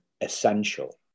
essential